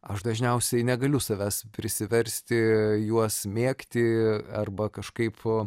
aš dažniausiai negaliu savęs prisiversti juos mėgti arba kažkaip